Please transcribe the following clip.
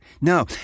No